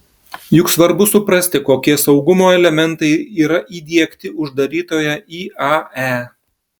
juk svarbu suprasti kokie saugumo elementai yra įdiegti uždarytoje iae